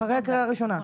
אחרי הקריאה הראשונה?